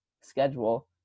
schedule